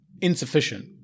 insufficient